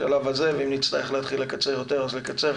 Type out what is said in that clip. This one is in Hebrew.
בשלב הזה, ואם נצטרך לקצר יותר אז נקצר.